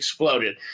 Exploded